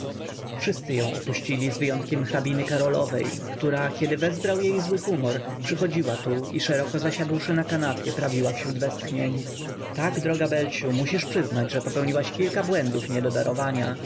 wszyscy ją opuścili z wyjątkiem hrabiny karolowej która kiedy wezbrał jej zły humor przychodziła tu i szeroko zasiadłszy na kanapie prawiła wśród westchnień tak droga belciu musisz przyznać że popełniłaś kilka błędów nie